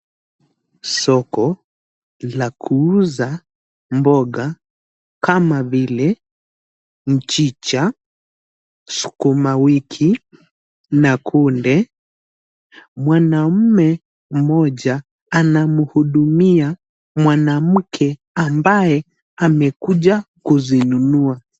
Soko, la kuuza mboga, kama vile mchicha, sukumawiki na kunde. Mwanamume mmoja, anamhudumia mwanamke, ambaye, amekuja kuzinunua.